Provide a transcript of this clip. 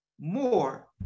more